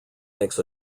makes